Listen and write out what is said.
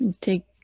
take